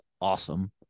awesome